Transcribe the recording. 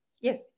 Yes